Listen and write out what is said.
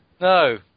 No